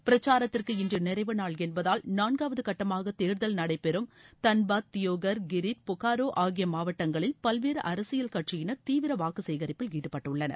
பிரச்சாரத்திற்கு இன்று நிறைவு நாள் என்பதால் நான்காவது கட்டமாக தேர்தல் நடைபெறம் தன்பாத் தியோகர் கிரிதி பொக்காரோ ஆகிய மாவட்டங்களில் பல்வேறு அரசியல் கட்சியினர் தீவிர வாக்கு சேகரிப்பில் ஈடுபட்டுள்ளனர்